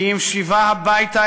כי אם שיבה הביתה,